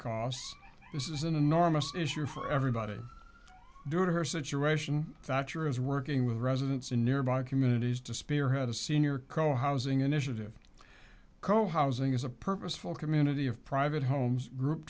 costs this is an enormous issue for everybody during her situation that you're is working with residents in nearby communities to spearhead a senior co housing initiative co housing is a purposeful community of private homes group